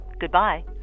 Goodbye